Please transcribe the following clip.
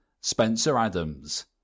Spencer-Adams